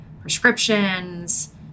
prescriptions